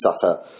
suffer